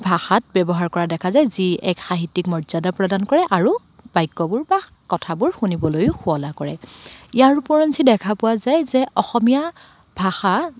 ভাষাত ব্যৱহাৰ কৰা দেখা যায় যি এক সাহিত্যিক মৰ্যাদা প্ৰদান কৰে আৰু বাক্যবোৰ বা কথাবোৰ শুনিবলৈও শুৱলা কৰে ইয়াৰ উপৰিও দেখা পোৱা যায় যে অসমীয়া ভাষা